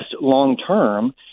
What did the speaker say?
long-term